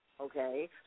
Okay